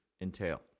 entail